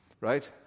Right